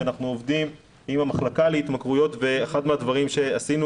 שאנחנו עובדים עם המחלקה להתמכרויות ואחד הדברים שעשינו